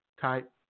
type